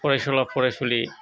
फरायसुला फरायसुलि